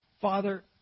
Father